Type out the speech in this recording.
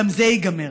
גם זה ייגמר.